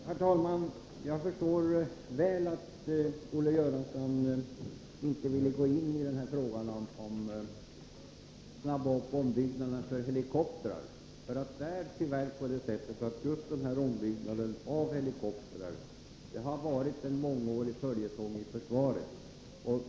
Herr talman! Jag förstår mycket väl att Olle Göransson inte vill gå in på frågan om att påskynda ombyggnaden av helikoptrar, för det är tyvärr på det sättet att just frågan om ombyggnaden av helikoptrar har varit en mångårig följetong inom försvaret.